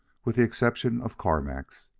with the exception of carmack's.